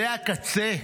זה הקצה.